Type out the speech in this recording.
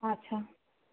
আচ্ছা